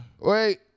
Wait